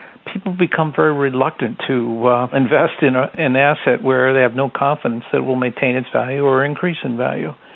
people become very reluctant to invest in an and asset where they have no confidence that it will maintain its value or increase in value.